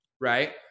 right